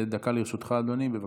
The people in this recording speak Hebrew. דקה לרשותך, אדוני, בבקשה.